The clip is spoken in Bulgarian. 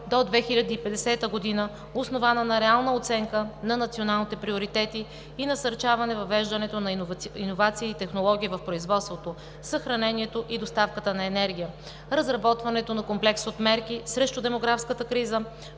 до 2050 г., основана на реална оценка на националните приоритети, и насърчаване въвеждането на иновации и технологии в производството, съхранението и доставката на енергия; разработването на комплекс от мерки срещу демографската криза;